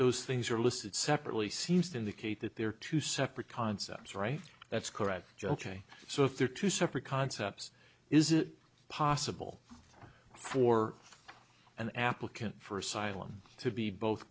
those things are listed separately seems to indicate that there are two separate concepts right that's correct so if there are two separate concepts is it possible for an applicant for asylum to be both